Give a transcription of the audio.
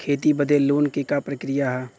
खेती बदे लोन के का प्रक्रिया ह?